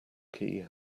key